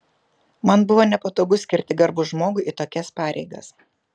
man buvo nepatogu skirti garbų žmogų į tokias pareigas